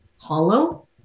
hollow